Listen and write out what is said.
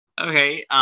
Okay